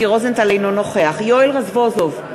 אינו נוכח יואל רזבוזוב,